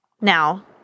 Now